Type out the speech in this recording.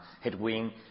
headwind